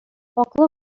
аклы